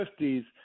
1950s